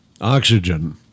Oxygen